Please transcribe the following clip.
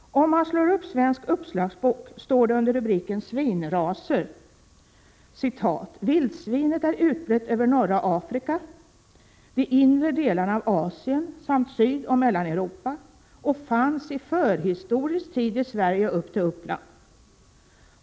I Svensk uppslagsbok står det under rubriken Svinsläktet att vildsvinet är utbrett över norra Afrika, de inre delarna av Asien samt Sydoch Mellaneuropa och fanns i förhistorisk tid i Sverige upp till Uppland.